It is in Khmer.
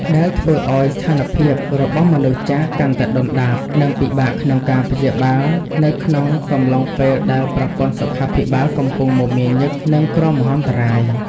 ដែលធ្វើឱ្យស្ថានភាពរបស់មនុស្សចាស់កាន់តែដុនដាប និងពិបាកក្នុងការព្យាបាលនៅក្នុងកំឡុងពេលដែលប្រព័ន្ធសុខាភិបាលកំពុងមមាញឹកនឹងគ្រោះមហន្តរាយ។